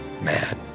mad